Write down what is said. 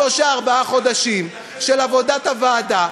שלושה-ארבעה חודשים של עבודת הוועדה,